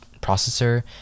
processor